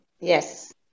Yes